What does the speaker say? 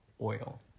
oil